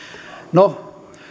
no